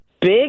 Big